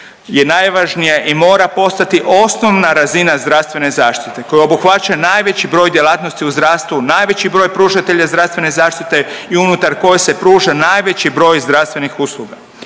je najvažnija i mora postati osnovna razina zdravstvene zaštite koja obuhvaća najveći broj djelatnosti u zdravstvu, najveći broj pružatelja zdravstvene zaštite i unutar koje se pruža najveći broj zdravstvenih usluga.